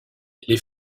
les